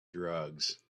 drugs